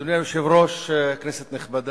אבל אני מניח שאתה, על דעתי,